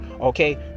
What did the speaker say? okay